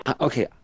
okay